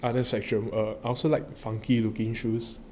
other sections I also like funky looking shoes